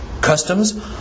customs